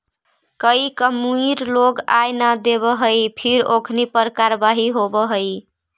कईक अमीर लोग आय कर न देवऽ हई फिर ओखनी पर कारवाही होवऽ हइ